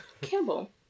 Campbell